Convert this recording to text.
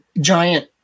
giant